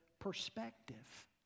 Perspective